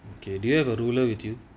okay do you have a ruler with you